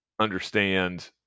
understand